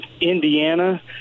Indiana